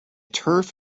turf